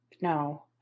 no